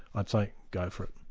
i'd say go for it.